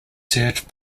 served